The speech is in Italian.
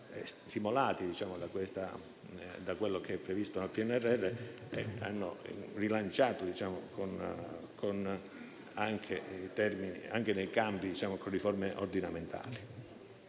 stimolati da quello che è previsto nel PNRR, rilanciando anche i suoi campi, con riforme ordinamentali.